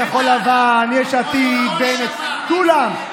כחול לבן, בני גנץ, יש עתיד, בנט, כולם.